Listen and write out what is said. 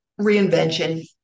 reinvention